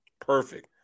perfect